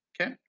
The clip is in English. Okay